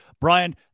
Brian